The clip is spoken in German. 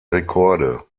rekorde